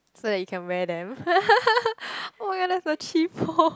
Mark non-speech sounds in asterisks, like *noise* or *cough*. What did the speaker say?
so that you can wear them *laughs* oh my god that's so cheapo